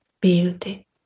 beauty